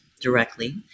directly